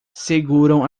seguram